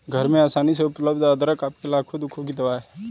घर में आसानी से उपलब्ध अदरक आपके लाखों दुखों की दवा है